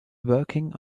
working